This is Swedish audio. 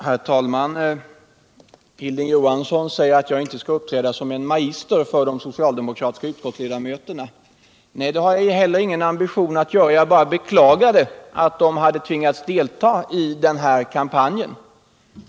Herr talman! Hilding Johansson säger att jag inte skall uppträda som en magister för de socialdemokratiska utskottsledamöterna. Nej, det har jag heller ingen ambition att göra. Jag bara beklagade att de hade tvingats delta i den här kampanjen.